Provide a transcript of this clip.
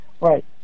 Right